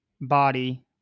body